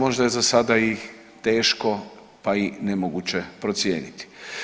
Možda je za sada i teško pa i nemoguće procijeniti.